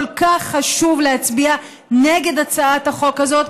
כל כך חשוב להצביע נגד הצעת החוק הזאת,